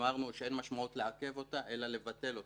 כשאמרנו שאין משמעות לעכב אותו אלא לבטל אותו,